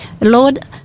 Lord